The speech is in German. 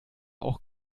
auch